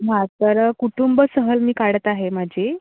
हां तर कुटुंब सहल मी काढत आहे माझी